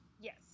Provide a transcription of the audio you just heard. yes